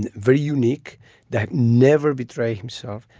and very unique that never betray himself.